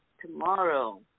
tomorrow